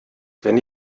wenn